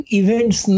events